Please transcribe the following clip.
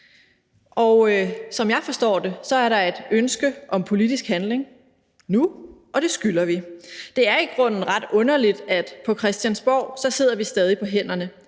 Som jeg forstår det, er der et ønske om politisk handling nu, og det skylder vi. Det er i grunden ret underligt, at vi på Christiansborg stadig sidder på hænderne,